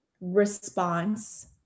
response